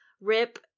Rip